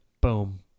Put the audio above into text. Boom